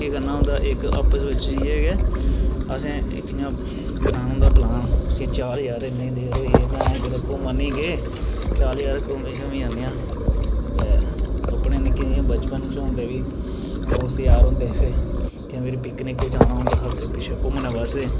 केह् करना होंदा इक्क आपस बिच इ'यै गै असें इक्क इं'यां बनाना होंदा प्लान चल यार इन्नी देर होई गेई पैं कुतै घुम्मन नेईं गे चल यार घुम्मी शुम्मी आह्नेआं अपने निक्के जि'यां बचपन च होंदे ही दोस्त यार होंदे ही कुतै पिकनिक जाना होंदा हा अग्गै पिच्छै घुम्मने आस्तै